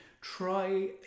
try